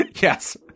yes